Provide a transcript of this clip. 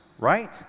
right